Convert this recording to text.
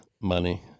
money